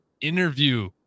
interview